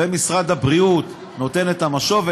ומשרד הבריאות נותן את המשוב,